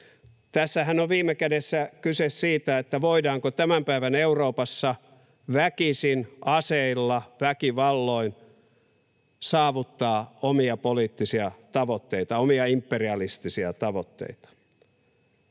Tässähän on viime kädessä kyse siitä, voidaanko tämän päivän Euroopassa väkisin aseilla, väkivalloin, saavuttaa omia poliittisia tavoitteita, omia imperialistisia tavoitteita.